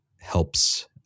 helps